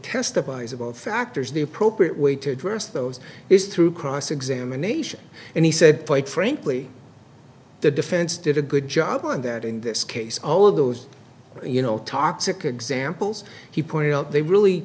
testifies about factors the appropriate way to address those is through cross examination and he said quite frankly the defense did a good job on that in this case all of those you know toxic examples he pointed out they really